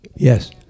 Yes